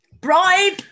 bribe